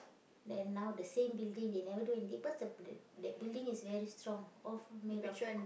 then now the same building they never do anything cause the the that building is very strong of made of k~